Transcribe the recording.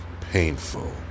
painful